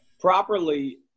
properly